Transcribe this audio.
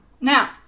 Now